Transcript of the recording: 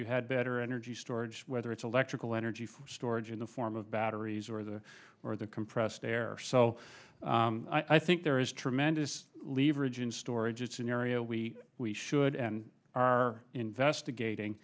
you had better energy storage whether it's electrical energy from storage in the form of batteries or the or the compressed air so i think there is tremendous leverage in storage it's an area we we should and are investigating